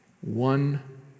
one